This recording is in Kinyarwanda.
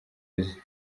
uze